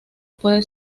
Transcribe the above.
puede